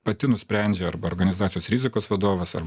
pati nusprendžia arba organizacijos rizikos vadovas ar